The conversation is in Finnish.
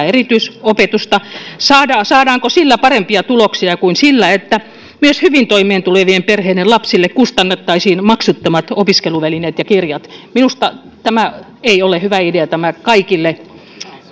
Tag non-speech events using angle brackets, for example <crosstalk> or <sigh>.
<unintelligible> erityisopetusta saadaanko saadaanko niillä parempia tuloksia kuin sillä että myös hyvin toimeentulevien perheiden lapsille kustannettaisiin maksuttomat opiskeluvälineet ja kirjat minusta tämä ei ole hyvä idea tämä kaikille